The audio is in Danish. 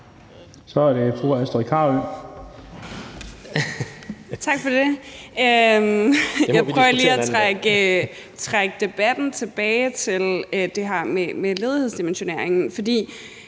Carøe. Kl. 15:08 Astrid Carøe (SF): Tak for det. Jeg prøver lige at trække debatten tilbage til det her med ledighedsdimensioneringen,